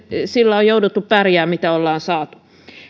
sillä on jouduttu pärjäämään mitä ollaan saatu